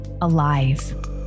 alive